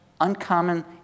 uncommon